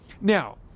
Now